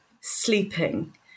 sleeping